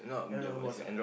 have a lot of box ah